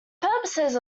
purposes